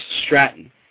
Stratton